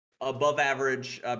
above-average